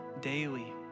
daily